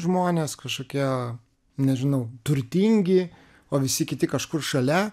žmonės kažkokie nežinau turtingi o visi kiti kažkur šalia